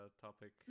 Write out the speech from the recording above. topic